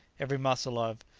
every muscle of,